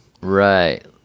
right